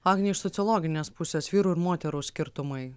agne iš sociologinės pusės vyrų ir moterų skirtumai